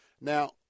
Now